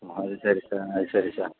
அது சரி சார் அது சரி சார்